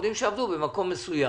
עובדים שעבדו במקום מסוים,